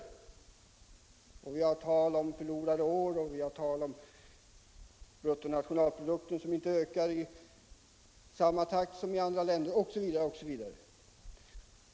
Vi har hört tal om förlorade år och om bruttonationalprodukten som inte ökar i samma takt som i andra länder osv.